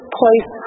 place